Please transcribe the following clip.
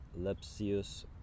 Lepsius